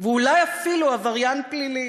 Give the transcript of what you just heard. ואולי אפילו עבריין פלילי,